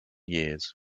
years